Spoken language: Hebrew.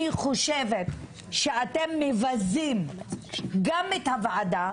אני חושבת שאתם מבזים גם את הוועדה,